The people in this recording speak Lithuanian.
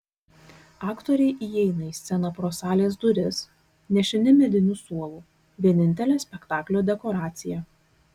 aktoriai įeina į sceną pro salės duris nešini mediniu suolu vienintele spektaklio dekoracija